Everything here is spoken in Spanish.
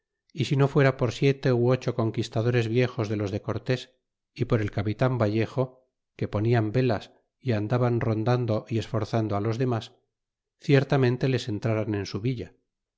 y si no fuera por siete ó ocho conquistadores viejos de los de cortes y por elapitan val ejo que ponla a vcas y andaban rondando y esfo zando los domas ciertamente les entraran en su villa